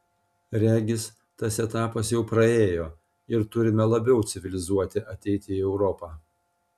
regis tas etapas jau praėjo ir turime labiau civilizuoti ateiti į europą